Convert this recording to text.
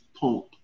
pump